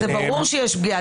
ברור שתהיה פגיעה.